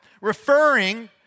Referring